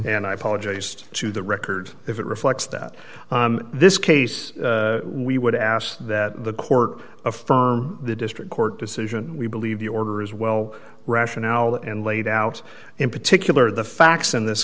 and i apologized to the record if it reflects that this case we would ask that the court affirm the district court decision we believe the order is well rationale and laid out in particular the facts in this